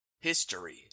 History